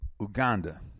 Uganda